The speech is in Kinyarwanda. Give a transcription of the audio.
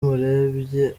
umurebye